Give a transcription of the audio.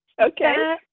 okay